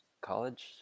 college